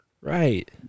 Right